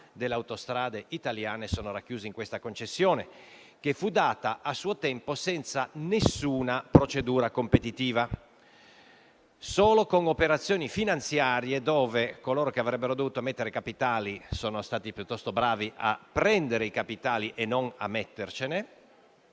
delle autostrade italiane è racchiusa in questa concessione che a suo tempo fu data senza nessuna procedura competitiva, solo con operazioni finanziarie, dove coloro che avrebbero dovuto mettere i capitali sono stati piuttosto bravi a prenderli e non a mettercene